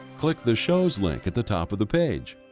click the shows link at the top of the page.